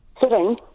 sitting